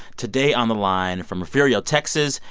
today on the line from refugio, texas,